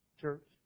church